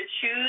choose